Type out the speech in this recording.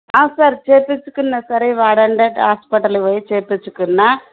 sir చేయ్యించుకున్నా sir ఈ వాడెండెడ్ హాస్పటల్కి పోయి చేయ్యించుకున్నా